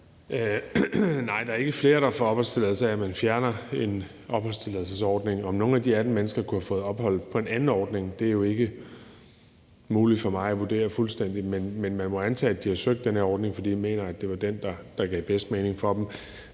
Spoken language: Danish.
Nej, der er ikke flere, der får opholdstilladelse af, at man fjerner en opholdstilladelsesordning. Om nogen af de 18 mennesker kunne have fået opholdstilladelse på en anden ordning er jo ikke muligt for mig at vurdere fuldstændig. Men man må antage, at de har søgt i forhold til den ordning, fordi de mener, at det var den, der gav bedst mening for dem.